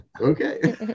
Okay